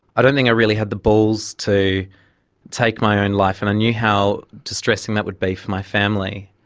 i don't think i really had the balls to take my own life and i knew how distressing that would be for my family,